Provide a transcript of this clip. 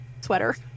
sweater